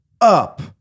up